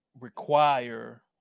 require